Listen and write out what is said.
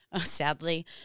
sadly